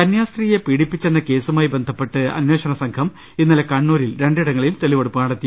കന്യാസ്ത്രീയെ പീഡിപ്പിച്ചെന്ന കേസുമായി ബന്ധപ്പെട്ട് അന്വേ ഷണസംഘം ഇന്നലെ കണ്ണൂരിൽ രണ്ടിടങ്ങളിൽ തെളിവെടുപ്പ് നട ത്തി